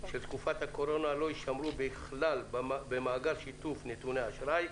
של תקופת הקורונה לא יישמרו בכלל במאגר שיתוף נתוני אשראי.